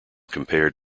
compared